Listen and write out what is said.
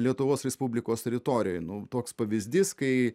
lietuvos respublikos teritorijoje nu toks pavyzdys kai